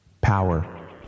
Power